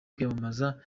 kwiyamamaza